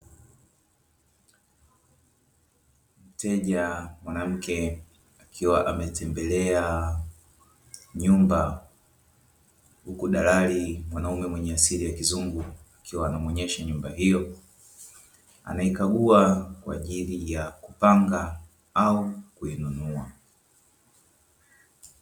Mteja mwanamke akiwa ametembelea nyumba, huku dalali mwanaume mwenye asili ya kizungu akiwa anamuonyesha nyumba hiyo. Anaikagua kwa ajili ya kupanga au kuinunua.